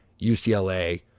UCLA